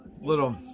Little